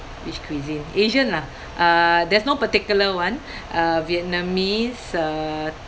which cuisine asian lah uh there's no particular one uh vietnamese uh